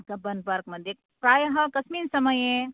Cubbon Park मध्ये प्रायः कस्मिन् समये